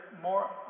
more